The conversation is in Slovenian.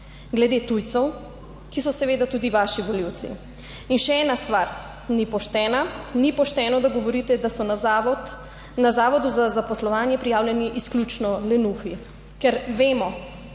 glede tujcev, ki so seveda tudi vaši volivci. In še ena stvar ni poštena. Ni pošteno, da govorite, da so na zavodu za zaposlovanje prijavljeni izključno lenuhi, ker vemo